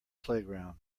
playground